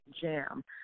jam